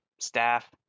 staff